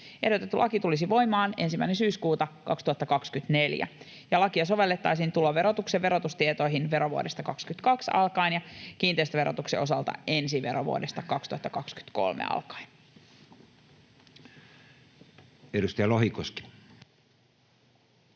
Ehdotettu laki tulisi voimaan 1. syyskuuta 2024. Lakia sovellettaisiin tuloverotuksen verotustietoihin verovuodesta 2022 alkaen ja kiinteistöverotuksen osalta ensi verovuodesta, 2023, alkaen. [Speech